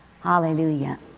Hallelujah